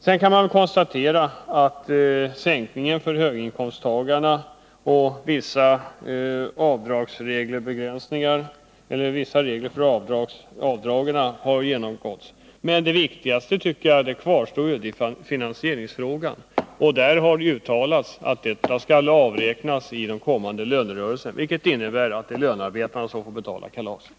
Sedan kan man konstatera att marginalskattesänkning för höginkomsttagare har genomförts liksom en ändring av vissa regler för avdrag men att det viktigaste kvarstår, nämligen finansieringsfrågan. På den punkten har det uttalats att marginalskattesänkningen skall avräknas i den kommande lönerörelsen, vilket innebär att det blir lönarbetarna som får betala kalaset.